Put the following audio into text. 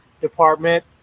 department